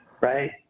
right